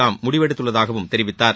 தாம் முடிவெடுத்துள்ளதாகவும் தெரிவித்தார்